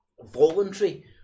voluntary